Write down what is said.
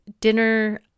dinner